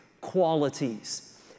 qualities